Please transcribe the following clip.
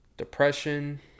Depression